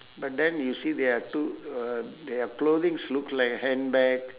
but then you see there are two uh their clothings look like a handbag